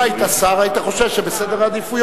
אם אתה היית שר היית חושב שזה צריך להיות בסדר העדיפויות,